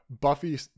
Buffy